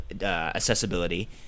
accessibility